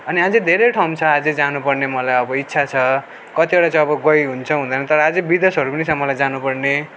अनि अझै धेरै ठाउँ छ अझै जानुपर्ने मलाई अब इच्छा छ कतिवटा चाहिँ अब गइहुन्छ हुँदैन तर अझै विदेशहरू पनि छ मलाई जानुपर्ने